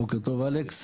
בוקר טוב, אלכס